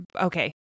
Okay